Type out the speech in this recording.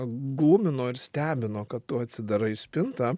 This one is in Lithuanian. glumino ir stebino kad tu atsidarai spintą